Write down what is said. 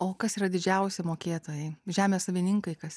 o kas yra didžiausi mokėtojai žemės savininkai kas